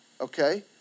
okay